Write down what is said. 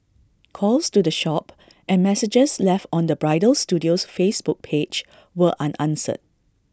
calls to the shop and messages left on the bridal studio's Facebook page were unanswered